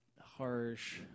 harsh